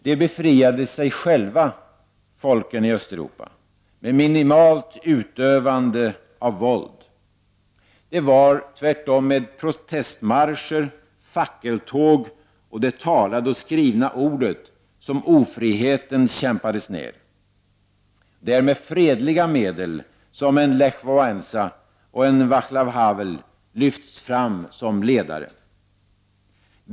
De befriade sig själva — folken i Östeuropa — med minimalt utövande av våld, Det var tvärtom med protestmarscher, fackeltåg och det talade och skrivna ordet som ofriheten kämpades ner. Det är med fredliga medel som en Lech Watesa och en Vaclav Havel lyfts fram som ledare.